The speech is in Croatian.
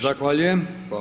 Zahvaljujem.